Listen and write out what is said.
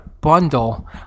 bundle